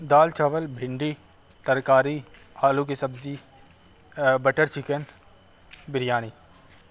دال چاول بھنڈی ترکاری آلو کی سبزی بٹر چکن بریانی